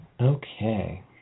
Okay